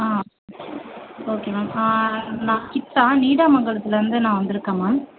ஆ okay ma'am நான் நீடாமங்கலத்துலேந்து நான் வந்துருக்கேன் மேம்